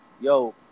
yo